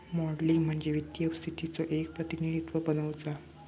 modelling म्हणजे वित्तीय स्थितीचो एक प्रतिनिधित्व बनवुचा